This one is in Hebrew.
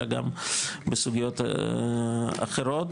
אלא גם בסוגיות אחרות